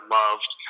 loved